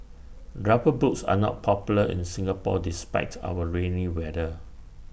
rubber boots are not popular in Singapore despite our rainy weather